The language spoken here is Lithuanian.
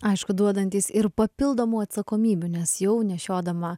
aišku duodantys ir papildomų atsakomybių nes jau nešiodama